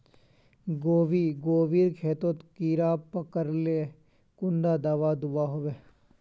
गोभी गोभिर खेतोत कीड़ा पकरिले कुंडा दाबा दुआहोबे?